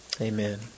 Amen